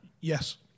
Yes